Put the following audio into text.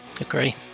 agree